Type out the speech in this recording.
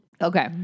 Okay